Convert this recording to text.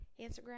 Instagram